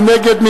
מי נגד?